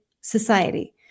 society